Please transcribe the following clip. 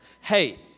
Hey